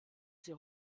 sie